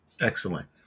excellent